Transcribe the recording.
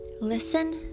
Listen